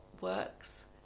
works